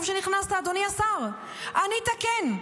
טוב שנכנסת, אדוני השר, ענית כן.